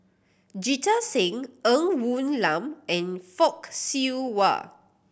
Jita Singh Ng Woon Lam and Fock Siew Wah